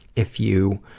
if you